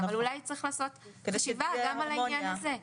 אבל אולי צריך לערוך ישיבה גם על העניין הזה.